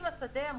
האתר.